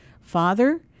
father